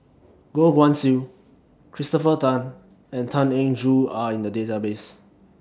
Goh Guan Siew Christopher Tan and Tan Eng Joo Are in The Database